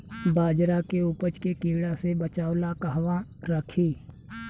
बाजरा के उपज के कीड़ा से बचाव ला कहवा रखीं?